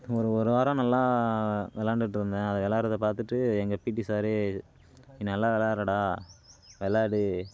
ஒரு ஒரு வாரம் நல்லா விளாண்டுட்ருந்தேன் அதை விளாடுறத பார்த்துட்டு எங்கள் பிஇடி சாரே நீ நல்லா விளாடுறடா விளாடு